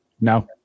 No